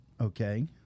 Okay